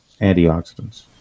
antioxidants